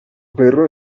perro